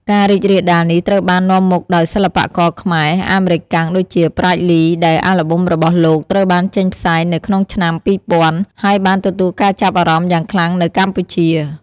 ការរីករាលដាលនេះត្រូវបាននាំមុខដោយសិល្បករខ្មែរ-អាមេរិកាំងដូចជា ប្រាជ្ញ លី ដែលអាល់ប៊ុមរបស់លោក ត្រូវបានចេញផ្សាយនៅក្នុងឆ្នាំ ២០០០ហើយបានទទួលការចាប់អារម្មណ៍យ៉ាងខ្លាំងនៅកម្ពុជា។